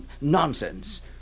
nonsense